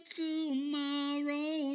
tomorrow